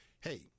hey